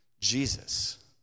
Jesus